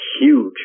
huge